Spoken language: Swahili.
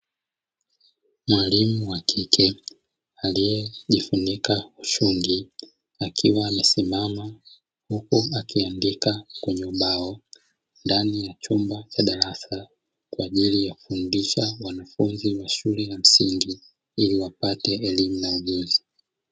Mwalimu wa kike aliyejifunika ushungi, akiwa amesimama huku akiandika kwenye ubao ndani ya chumba cha darasa, kwa ajili ya kufundisha wanafunzi wa shule ya msingi, ili wapate elimu na ujuzi.